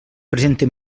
presente